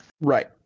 Right